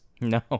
No